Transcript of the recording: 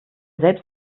selbst